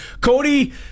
Cody